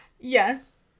Yes